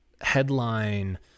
headline